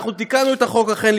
תיקנו את החוק אכן,